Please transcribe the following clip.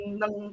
ng